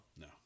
No